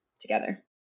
together